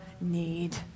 need